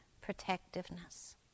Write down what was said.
protectiveness